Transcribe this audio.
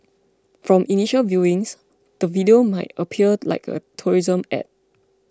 from initial viewings the video might appear like a tourism ad